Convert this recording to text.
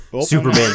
Superman